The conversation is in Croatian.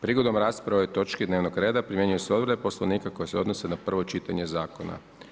Prigodom rasprave o ovoj točki dnevnoga reda primjenjuju se odredbe Poslovnika koje se odnose na prvo čitanje zakona.